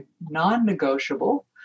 non-negotiable